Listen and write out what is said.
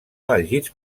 elegits